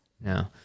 No